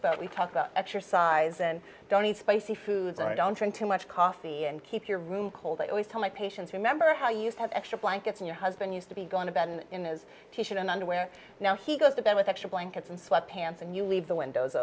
that we talk about exercise and don't eat spicy foods i don't drink too much coffee and keep your room cold i always tell my patients remember how you have extra blankets in your husband used to be going to bed in his kitchen and underwear now he goes to bed with extra blankets and sweatpants and you leave the windows